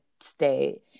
stay